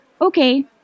Okay